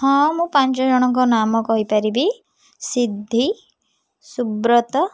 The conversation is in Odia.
ହଁ ମୁଁ ପାଞ୍ଚ ଜଣଙ୍କ ନାମ କହିପାରିବି ସିଦ୍ଧି ସୁବ୍ରତ